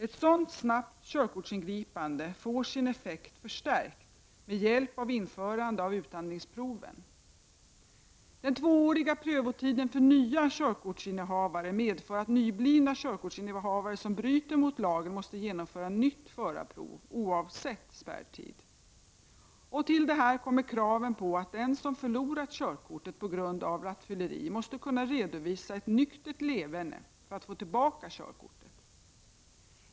Ett sådant snabbt körkortsingripande får sin effekt förstärkt med hjälp av införande av utandningproven. Den tvååriga prövotiden för nya körkortsinnehavare medför att nyblivna körkortsinnehavare som bryter mot lagen måste genomföra förarprov oavsett spärrtid. Till detta kommer kravet att den som förlorat körkortet på grund av rattfylleri måste kunna redovisa ett nyktert leverne för att få tillbaka körkortet.